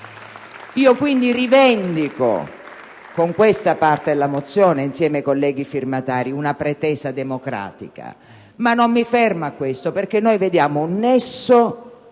Quindi, rivendico con questa parte della mozione, insieme ai colleghi firmatari, una pretesa democratica, ma non mi fermo a questo, perché vediamo un nesso